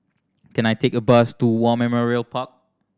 can I take a bus to War Memorial Park